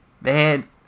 Man